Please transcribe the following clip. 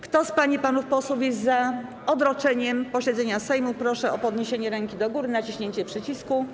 Kto z pań i panów posłów jest za odroczeniem posiedzenia Sejmu, proszę o podniesienie ręki i naciśnięcie przycisku.